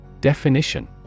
Definition